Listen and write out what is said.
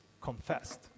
confessed